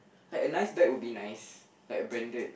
like a nice bag would be nice like a branded